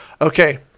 Okay